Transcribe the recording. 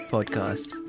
Podcast